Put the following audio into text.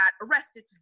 arrested